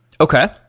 Okay